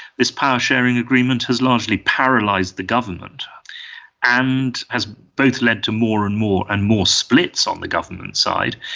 this power-sharing agreement has largely paralysed the government and has both lead to more and more and more splits on the government's side,